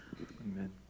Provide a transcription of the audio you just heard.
Amen